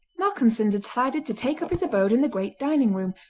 malcolmson decided to take up his abode in the great dining-room,